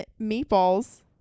meatballs